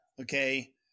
okay